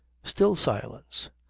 still silence.